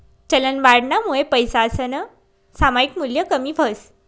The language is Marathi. चलनवाढनामुये पैसासनं सामायिक मूल्य कमी व्हस